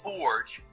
Forge